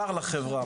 אתר לחברה,